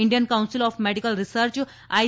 Indian Council of Medical Research I